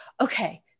Okay